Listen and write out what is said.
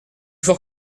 fort